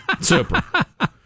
Super